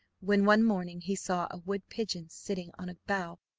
when, one morning, he saw a wood-pigeon sitting on a bough.